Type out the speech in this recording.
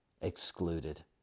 excluded